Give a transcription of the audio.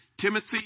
Timothy